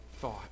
thought